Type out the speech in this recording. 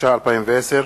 התש"ע 2010,